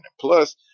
Plus